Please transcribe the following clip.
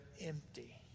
empty